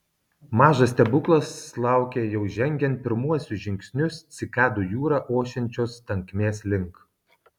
mažas stebuklas laukė jau žengiant pirmuosius žingsnius cikadų jūra ošiančios tankmės link